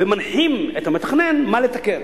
ומנחות את המתכנן מה לתקן,